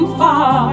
far